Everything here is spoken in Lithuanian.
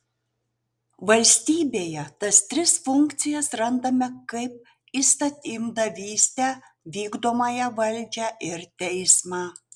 valstybėje tas tris funkcijas randame kaip įstatymdavystę vykdomąją valdžią ir teismą